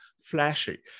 flashy